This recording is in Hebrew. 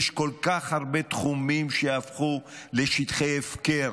יש כל כך הרבה תחומים שהפכו לשטחי הפקר,